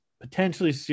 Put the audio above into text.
potentially